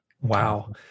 Wow